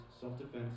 self-defense